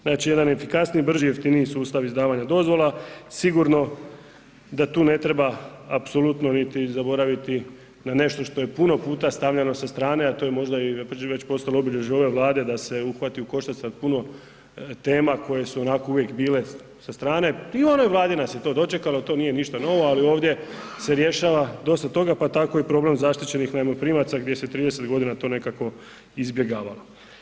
Znači, jedan efikasniji, brži i jeftiniji sustav izdavanja dozvola, sigurno da tu ne treba apsolutno niti zaboraviti na nešto što je puno puta stavljeno sa strane, a to je možda i … [[Govornik se ne razumije]] postalo obilježje ove Vlade da se uhvati u koštac sa puno tema koje su onako uvijek bile sa strane i u onoj Vladi nas je to dočekalo, to nije ništa novo, ali ovdje se rješava dosta toga, pa tako i problem zaštićenih najmoprimaca gdje se 30.g. to nekako izbjegavalo.